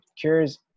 cures